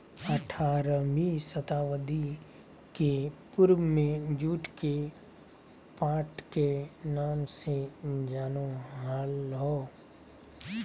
आठारहवीं शताब्दी के पूर्व में जुट के पाट के नाम से जानो हल्हो